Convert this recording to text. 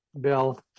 Bill